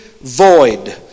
void